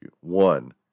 one